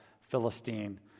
Philistine